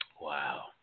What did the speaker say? Wow